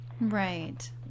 Right